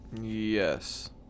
Yes